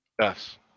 Yes